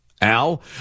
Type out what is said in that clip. Al